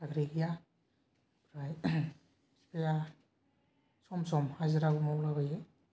साख्रि गैया जोंहा सम सम हाजिराबो मावलाबायो